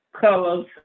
colors